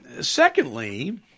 Secondly